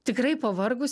tikrai pavargus